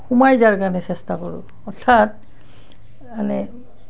সোমাই যোৱাৰ কাৰণে চেষ্টা কৰো অৰ্থাৎ মানে